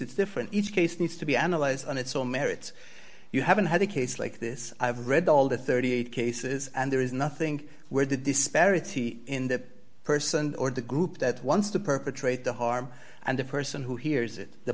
it's different each case needs to be analyzed on its own merits you haven't had a case like this i have read all the thirty eight cases and there is nothing where the disparity in the person or the group that wants to perpetrate the harm and the person who hears